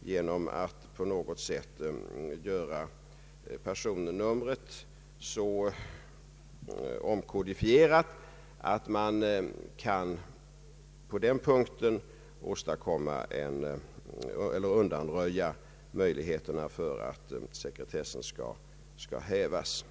genom att på något sätt omkodifiera personnumret, så att man på den punkten undanröjer möjligheterna för att sekretessen skall hävas.